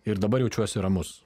ir dabar jaučiuosi ramus